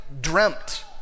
dreamt